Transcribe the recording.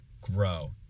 grow